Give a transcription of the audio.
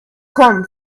come